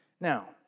Now